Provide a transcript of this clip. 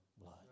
blood